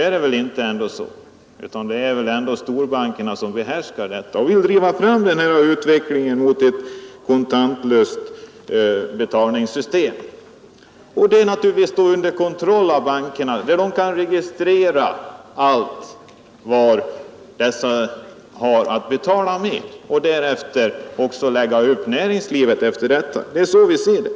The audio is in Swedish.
Men det är väl ändå inte så, utan det är storbankerna som behärskar detta område och vill driva på utvecklingen mot ett kontantlöst betalningssystem, naturligtvis under kontroll av bankerna. I detta system kan de registrera alla betalningsmedel och sedan anpassa näringslivet därefter. Det är så vi ser det.